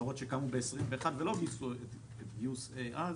חברות שקמו ב-2021 ולא גייסו את גיוס A אז?